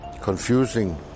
confusing